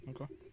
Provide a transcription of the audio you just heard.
okay